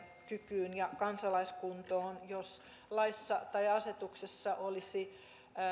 kykyyn ja kansalaiskuntoon jos laissa tai asetuksessa olisi